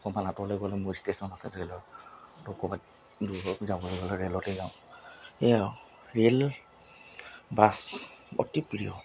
অকণমান আতঁৰলৈ গ'লে মোৰ ষ্টেশ্যন আছে ৰেলৰ তো ক'ৰবাত দূৰ হওক যাবলৈ হ'লে ৰেলতে যাওঁ এয়াই আৰু ৰে'ল বাছ অতি প্ৰিয়